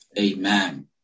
Amen